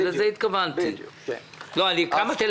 אני רוצה למנוע כמה שיחות